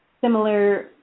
similar